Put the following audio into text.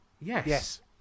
Yes